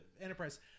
Enterprise